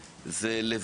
כמובן,